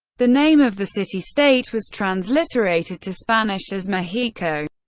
the name of the city-state was transliterated to spanish as mexico